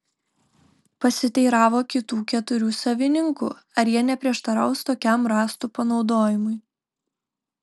pasiteiravo kitų keturių savininkų ar jie neprieštaraus tokiam rąstų panaudojimui